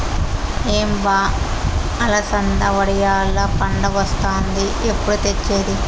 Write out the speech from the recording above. ఏం బా అలసంద వడియాల్ల పండగొస్తాంది ఎప్పుడు తెచ్చేది